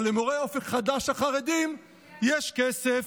אבל למורי אופק חדש החרדים יש כסף,